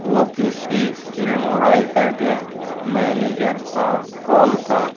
وہ کسی film writer کے مینیجر کا کال تھا